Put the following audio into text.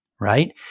right